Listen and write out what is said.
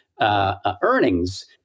earnings